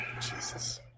Jesus